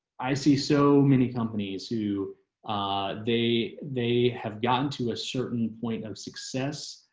i see so many companies who they they have gotten to a certain point of success